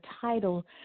title